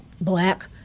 black